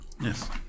Yes